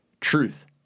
truth